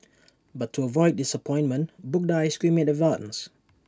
but to avoid disappointment book the Ice Cream in advance